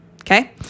Okay